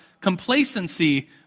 complacency